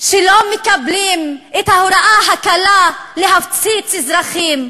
שלא מקבלים את ההוראה הקלה להפציץ אזרחים.